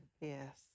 yes